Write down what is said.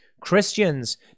Christians